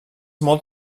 molt